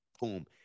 boom